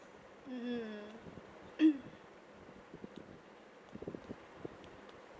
mmhmm